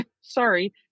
Sorry